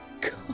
god